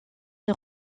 est